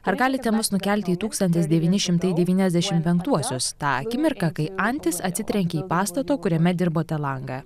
ar galite mus nukelti į tūkstantis devyni šimtai devyniasdešimt penktuosius tą akimirką kai antis atsitrenkė į pastato kuriame dirbote langą